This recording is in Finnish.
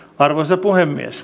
arvoisa puhemies